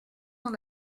dans